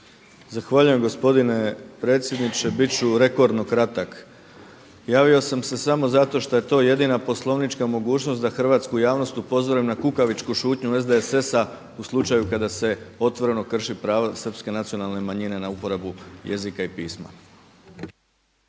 Zahvaljujem gospodine predsjedniče. Bit ću rekordno kratak. Javio sam se samo zato što je to jedina poslovnička mogućnost da hrvatsku javnost upozorim na kukavičku šutnju SDSS-a u slučaju kada se otvoreno krši pravo Srpske nacionalne manjine na uporabu jezika i pisma.